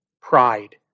Pride